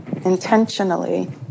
intentionally